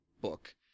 book